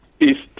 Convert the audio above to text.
East